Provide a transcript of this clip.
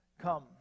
Come